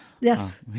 Yes